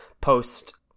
post